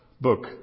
book